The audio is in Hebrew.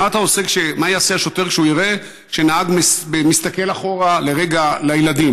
מה יעשה השוטר כשהוא יראה שנהג מסתכל אחורה לרגע לילדים?